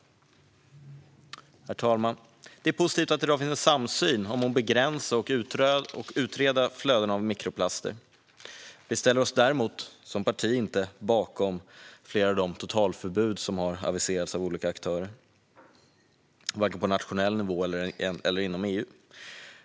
Herr talman! Det är positivt att det i dag finns samsyn om att begränsa och utreda flöden av mikroplaster. Vi ställer oss däremot som parti inte bakom flera av de totalförbud som har aviserats av olika aktörer, vare sig på nationell nivå eller inom EU.